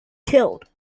killed